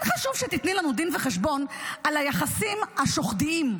כן תשוב שתיתני לנו דין וחשבון על היחסים השוחדיים,